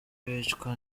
bicwa